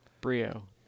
Brio